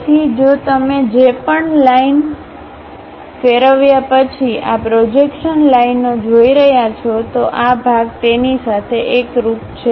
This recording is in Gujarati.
તેથી જો તમે જે પણ લાઈન ફેરવ્યા પછી આ પ્રોજેક્શન લાઇનો જોઈ રહ્યા છો તો આ ભાગ તેની સાથે એકરુપ છે